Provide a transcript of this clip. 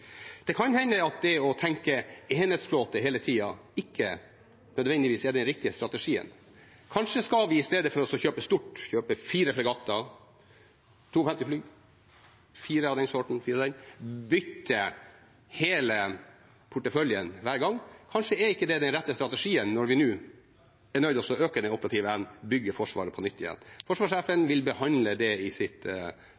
Det kan hende at det å tenke enhetsflåte hele tida ikke nødvendigvis er den riktige strategien. Kanskje skal vi, istedenfor å kjøpe stort, kjøpe fire fregatter, 52 fly – fire av den sorten, fire av den – bytte hele porteføljen hver gang. Kanskje er ikke det den rette strategien når vi nå er nødt til å øke den operative evnen og bygge Forsvaret på nytt igjen. Forsvarssjefen